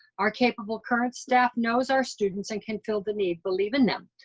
our capable current staff knows our students and can feel the need believe in them,